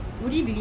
ya